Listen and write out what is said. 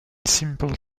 simple